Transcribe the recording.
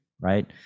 right